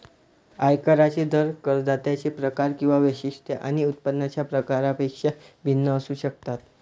आयकरांचे दर करदात्यांचे प्रकार किंवा वैशिष्ट्ये आणि उत्पन्नाच्या प्रकारापेक्षा भिन्न असू शकतात